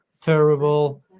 terrible